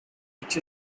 which